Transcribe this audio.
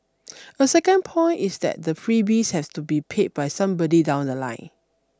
a second point is that the freebies have to be paid by somebody down the line